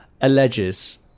alleges